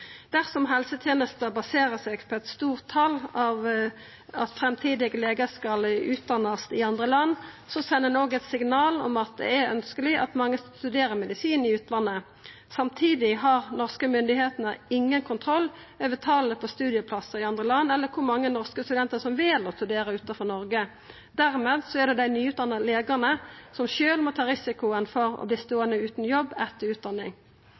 Dersom helsetenesta baserer seg på at mange framtidige legar skal utdannast i andre land, sender ein òg eit signal om at det er ønskjeleg at mange studerer medisin i utlandet. Samtidig har norske myndigheiter ingen kontroll over talet på studieplassar i andre land eller kor mange norske studentar som vel å studera utanfor Noreg. Dermed er det dei nyutdanna legane som sjølve må ta risikoen for å verta ståande utan jobb etter utdanning.